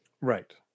right